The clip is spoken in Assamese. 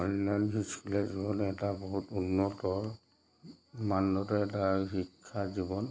অনলাইন স্কুলীয়া জীৱন এটা বহুত উন্নত মানৰ এটা শিক্ষা জীৱন